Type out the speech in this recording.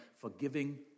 forgiving